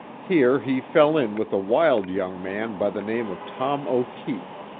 here he fell in with a wild young man by the name of tom o'keefe.